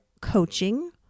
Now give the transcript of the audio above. coaching